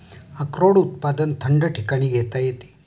अक्रोड उत्पादन थंड ठिकाणी घेता येते